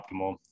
optimal